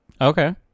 Okay